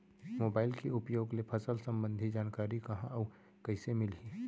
Mobile के उपयोग ले फसल सम्बन्धी जानकारी कहाँ अऊ कइसे मिलही?